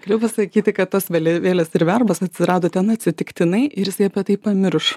galiu pasakyti kad tos vėliavėlės ir verbos atsirado ten atsitiktinai ir jisai apie tai pamiršo